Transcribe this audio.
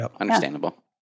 Understandable